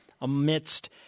amidst